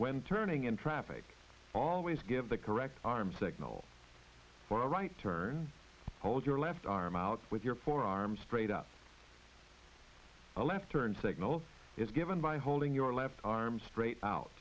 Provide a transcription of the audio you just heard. when turning in traffic always give the correct arms that know for a right turn hold your left arm out with your forearm straight up a left turn signal is given by holding your left arm straight out